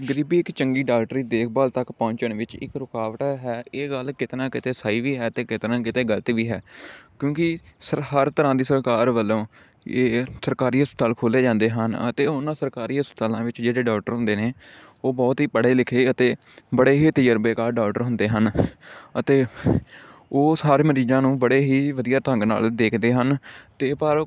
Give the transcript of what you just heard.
ਗਰੀਬੀ ਇੱਕ ਚੰਗੀ ਡਾਕਟਰੀ ਦੇਖਭਾਲ ਤੱਕ ਪਹੁੰਚਣ ਵਿੱਚ ਇੱਕ ਰੁਕਾਵਟ ਹੈ ਇਹ ਗੱਲ ਕਿਤੇ ਨਾ ਕਿਤੇ ਸਹੀ ਵੀ ਹੈ ਅਤੇ ਕਿਤੇ ਨਾ ਕਿਤੇ ਗ਼ਲਤ ਵੀ ਹੈ ਕਿਉਂਕਿ ਹਰ ਤਰ੍ਹਾਂ ਦੀ ਸਰਕਾਰ ਵੱਲੋਂ ਸਰਕਾਰੀ ਹਸਪਤਾਲ ਖੋਲ਼੍ਹੇ ਜਾਂਦੇ ਹਨ ਅਤੇ ਉਨ੍ਹਾਂ ਸਰਕਾਰੀ ਹਸਪਤਾਲਾਂ ਵਿੱਚ ਜਿਹੜੇ ਡਾਕਟਰ ਹੁੰਦੇ ਨੇ ਉਹ ਬਹੁਤ ਹੀ ਪੜ੍ਹੇ ਲਿਖੇ ਅਤੇ ਬੜੇ ਹੀ ਤਜਰਬੇਕਾਰ ਡਾਕਟਰ ਹੁੰਦੇ ਹਨ ਅਤੇ ਉਹ ਸਾਰੇ ਮਰੀਜ਼ਾਂ ਨੂੰ ਬੜੇ ਹੀ ਵਧੀਆ ਢੰਗ ਨਾਲ ਦੇਖਦੇ ਹਨ ਅਤੇ ਪਰ